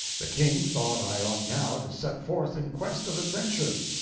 the king thought i ought now to set forth in quest of adventures,